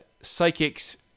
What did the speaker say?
psychics